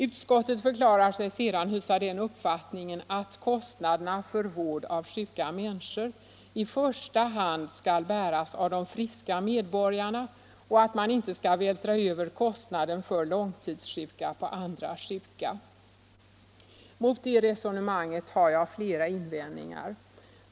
Utskottet förklarar sig sedan hysa den uppfattningen att kostnaderna för vård av sjuka människor i första hand skall bäras av de friska medborgarna och att man inte skall vältra över kostnaden för långtidssjuka på andra sjuka. Mot det resonemanget har jag flera invändningar.